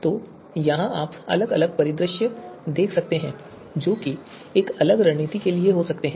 तो यहां आप अलग अलग परिदृश्य देख सकते हैं जो एक अलग रणनीति के लिए हो सकते हैं